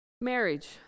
Marriage